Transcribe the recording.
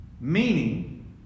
meaning